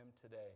today